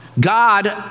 God